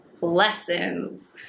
lessons